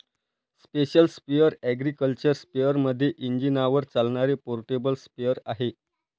special sprayer agriculture स्पेअरमध्ये इंजिनावर चालणारे पोर्टेबल स्प्रेअर आहे